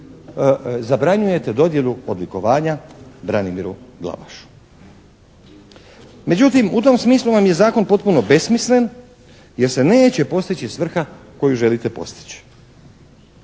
zabranjujete dodjelu odlikovanja Branimiru Glavašu. Međutim, u tom smislu vam je zakon potpuno besmislen jer se neće postići svrha koju želite postići,